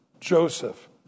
Joseph